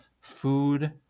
food